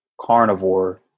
carnivore